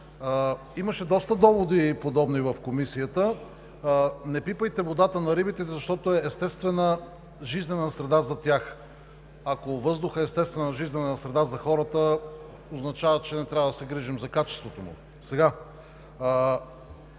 имаше доста подобни доводи в Комисията – не пипайте водата на рибите, защото е естествена жизнена среда за тях. Ако въздухът е естествена жизнена среда за хората, означава ли, че не трябва да се грижим за качеството му? Не